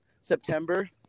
September